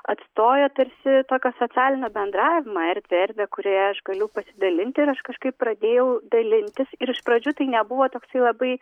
atstojo tarsi tokio socialinio bendravimo erdvę erdvę kurioje aš galiu pasidalinti ir aš kažkaip pradėjau dalintis ir iš pradžių tai nebuvo toksai labai